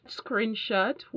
screenshot